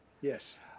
Yes